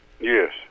Yes